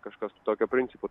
kažkas tokiu principu